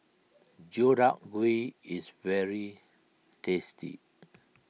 Deodeok Gui is very tasty